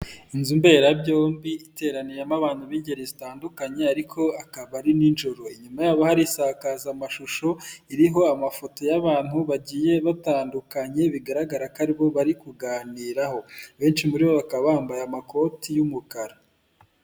Inzu mberabyombi iteraniyemo abantu b'ingeri zitandukanye ariko akaba ari nijoro, inyuma y'abo haba insakazamashusho iriho amafoto y'abantu bagiye batandukanye bigaragara ko haribyo bari kuganiraho benshi muri bo bakaba bambaye amakoti y'umukara.